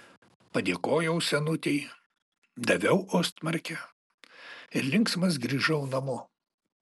padėkojau senutei daviau ostmarkę ir linksmas grįžau namo